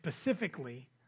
specifically